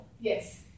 Yes